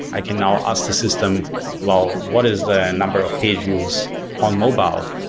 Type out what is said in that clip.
i can now ask the system well, what is the number of page views on mobile?